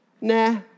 nah